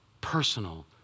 personal